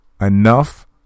Enough